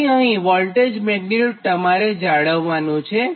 તેથી અહીં voltage magnitude તમારે જાળવ્વાનું હોય છે